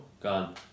gone